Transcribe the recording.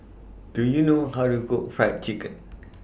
Do YOU know How to Cook Fried Chicken